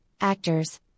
actors